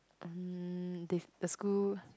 mm they the school